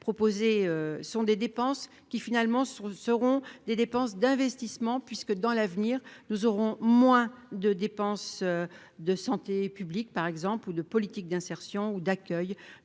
proposées sont des dépenses qui, finalement, ce seront des dépenses d'investissement puisque dans l'avenir, nous aurons moins de dépenses de santé publique, par exemple, ou de politiques d'insertion ou d'accueil